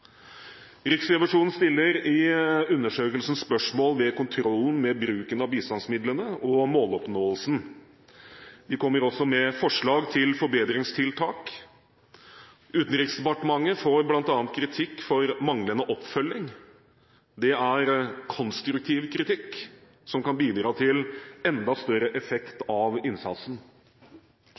Riksrevisjonen stiller i undersøkelsen spørsmål ved kontrollen med bruken av bistandsmidlene og måloppnåelsen. De kommer også med forslag til forbedringstiltak. Utenriksdepartementet får bl.a. kritikk for manglende oppfølging. Det er konstruktiv kritikk som kan bidra til enda større effekt av innsatsen.